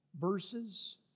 verses